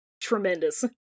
Tremendous